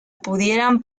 pudieran